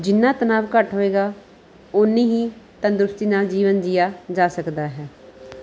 ਜਿੰਨਾ ਤਣਾਵ ਘੱਟ ਹੋਏਗਾ ਓਨੀ ਹੀ ਤੰਦਰੁਸਤੀ ਨਾਲ ਜੀਵਨ ਜੀਆ ਜਾ ਸਕਦਾ ਹੈ